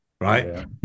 right